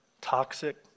Toxic